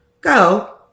go